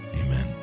Amen